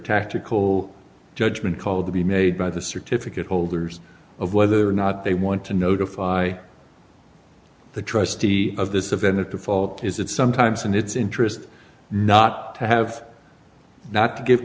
tactical judgement call to be made by the certificate holders of whether or not they want to notify the trustee of this event if the fault is it sometimes in its interest not to have not to give